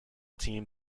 team